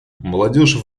молодежь